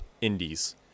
Indies